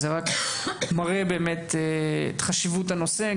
מה שמראה על חשיבות הנושא לכולם,